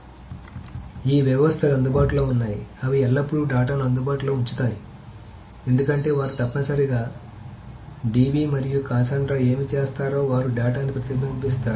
కాబట్టి ఈ వ్యవస్థలు అందుబాటులో ఉన్నాయి అవి ఎల్లప్పుడూ డేటాను అందుబాటులో ఉంచుతాయి ఎందుకంటే వారు తప్పనిసరిగా మంచం DB మరియు కాసాండ్రా ఏమి చేస్తారో వారు డేటాను ప్రతిబింబిస్తారు